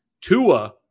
Tua